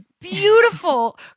beautiful